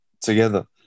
together